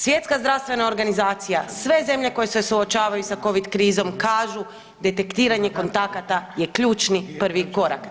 Svjetska zdravstvena organizacija, sve zemlje koje se suočavaju s Covid krizom kažu, detektiranje kontakata je ključni prvi korak.